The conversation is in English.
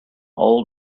old